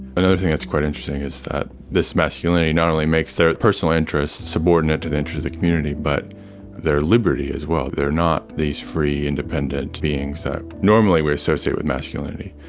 another thing that's quite interesting is that this masculinity not only makes their personal interests subordinate to the interests of the community, but their liberty, as well they're not these free independent beings that normally we associate with masculinity.